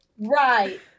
Right